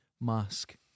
mask